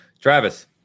Travis